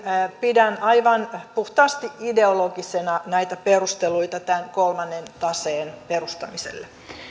pidän aivan puhtaasti ideologisina näitä perusteluita kolmannen taseen perustamiselle